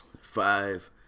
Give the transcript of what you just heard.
Five